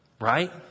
Right